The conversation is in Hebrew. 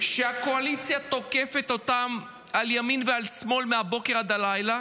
שהקואליציה תוקפת אותם על ימין ושמאל מהבוקר עד הלילה,